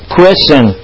question